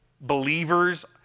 believers